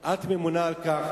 את ממונה על כך,